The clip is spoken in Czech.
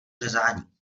řezání